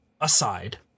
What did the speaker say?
aside